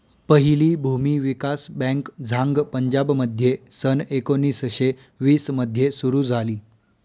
पहिली भूमी विकास बँक झांग पंजाबमध्ये सन एकोणीसशे वीस मध्ये सुरू झाली